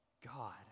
God